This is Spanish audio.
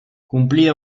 cumplida